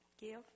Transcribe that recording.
give